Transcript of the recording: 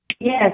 Yes